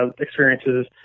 experiences